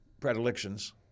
predilections